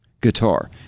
guitar